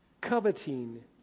Coveting